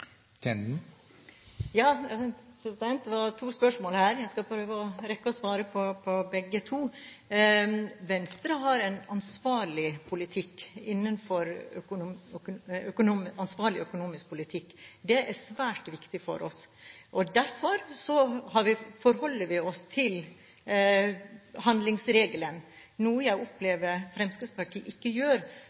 Det var to spørsmål her, jeg skal prøve å rekke å svare på begge to. Venstre har en ansvarlig økonomisk politikk – det er svært viktig for oss. Derfor forholder vi oss til handlingsregelen, noe jeg opplever Fremskrittspartiet ikke gjør.